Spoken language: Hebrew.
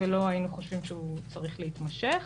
ואנחנו חושבים שהוא לא צריך להימשך.